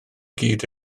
gyd